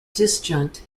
disjunct